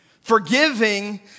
Forgiving